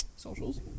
socials